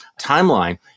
timeline